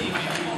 כרגע הצלחנו,